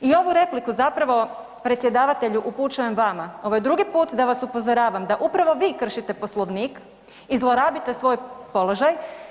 I ovu repliku zapravo predsjedavatelju upućujem vama, ovo je drugi put da vas upozoravam da upravo vi kršite Poslovnik i zlorabite svoj položaj.